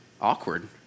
Awkward